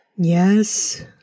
Yes